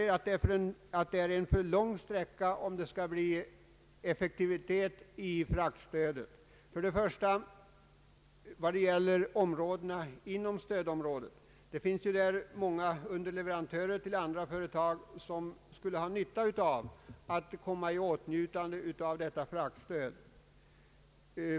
Vi anser det vara en för lång sträcka, om fraktstödet skall bli effektivt. Inom stödområdet finns många underleverantörer till andra företag som skulle ha behov av att komma i åtnjutande av detta fraktstöd, men som nu kommer utanför.